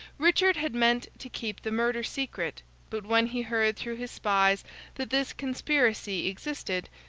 richard had meant to keep the murder secret but when he heard through his spies that this conspiracy existed,